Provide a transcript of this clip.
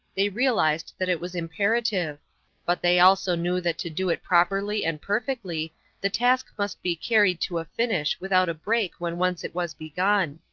they realized that it was imperative but they also knew that to do it properly and perfectly the task must be carried to a finish without a break when once it was begun.